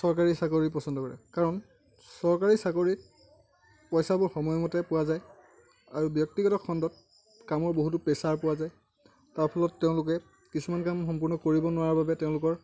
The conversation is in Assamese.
চৰকাৰী চাকৰি পচন্দ কৰে কাৰণ চৰকাৰী চাকৰিত পইচাবোৰ সময়মতে পোৱা যায় আৰু ব্য়ক্তিগত খণ্ডত কামৰ বহুতো প্ৰেচাৰ পোৱা যায় তাৰফলত তেওঁলোকে কিছুমান কাম সম্পূৰ্ণ কৰিব নোৱাৰাৰ বাবে তেওঁলোকৰ